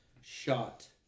shot